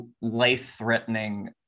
life-threatening